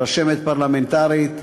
רשמת פרלמנטרית,